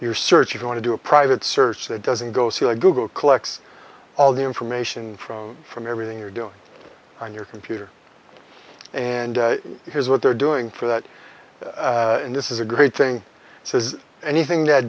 your search you want to do a private search that doesn't go through a google collects all the information from from everything you're doing on your computer and here's what they're doing for that and this is a great thing says anything that